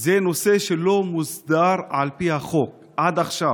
זה נושא שלא מוסדר על פי החוק עד עכשיו.